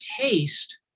taste